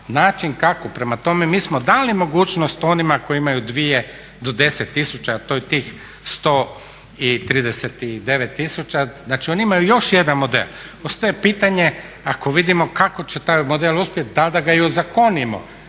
način kako. Prema tome, mi smo dali mogućnost onima koji imaju 2 do 10 tisuća, a to je tih 139 tisuća, znači oni imaju još jedan model. Ostaje pitanje ako vidimo kako će taj model uspjeti da li da ga i ozakonimo?